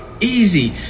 easy